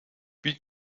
wie